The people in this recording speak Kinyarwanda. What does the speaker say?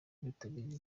abitabiriye